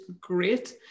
great